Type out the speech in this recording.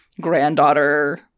granddaughter